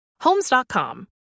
Homes.com